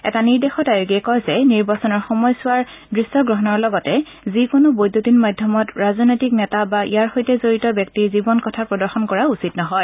এটা নিৰ্দেশত আয়োগে কয় যে নিৰ্বাচনৰ সময়ছোৱাৰ দৃশ্য গ্ৰহণৰ লগতে যিকোনো বৈদ্যুতিন মাধ্যমত ৰাজনৈতিক নেতা বা ইয়াৰ সৈতে জড়িত ব্যক্তিৰ জীৱন কথা প্ৰদৰ্শন কৰা উচিত নহয়